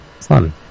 fun